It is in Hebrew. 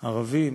ערבים,